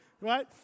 Right